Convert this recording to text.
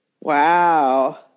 Wow